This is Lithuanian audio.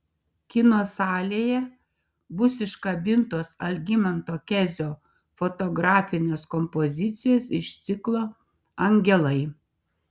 kino salėje bus iškabintos algimanto kezio fotografinės kompozicijos iš ciklo angelai